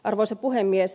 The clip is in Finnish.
arvoisa puhemies